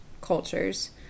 cultures